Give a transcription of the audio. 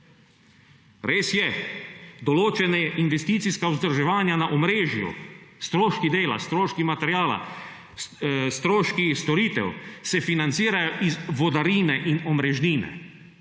Res je, določena investicijska vzdrževanja na omrežju, stroški dela, stroški materiala, stroški storitev se financirajo iz vodarine in omrežnine.